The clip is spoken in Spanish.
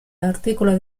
artículos